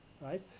right